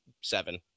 seven